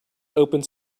opened